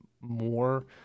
more